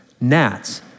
gnats